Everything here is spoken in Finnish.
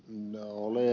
olen ed